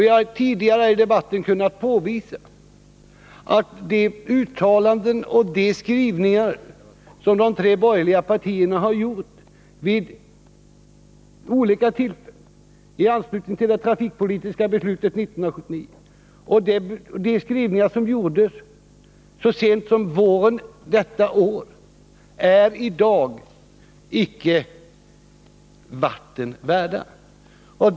Vi har tidigare i debatten kunnat påvisa att de uttalanden och de skrivningar som de tre borgerliga partierna åstadkommit vid olika tillfällen, t.ex. i anslutning till det trafikpolitiska beslutet 1979 och så sent som på våren detta år, är i dag icke vatten värda.